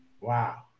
Wow